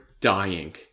dying